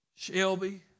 Shelby